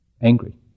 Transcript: angry